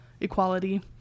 equality